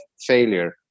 failure